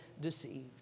deceived